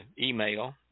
email